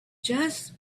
just